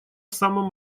самом